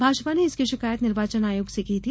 भाजपा ने इसकी शिकायत निर्वाचन आयोग से की थी